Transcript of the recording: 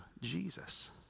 Jesus